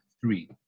three